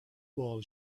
wall